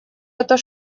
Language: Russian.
это